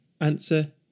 Answer